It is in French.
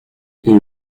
une